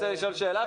רוצה לשאול שאלה,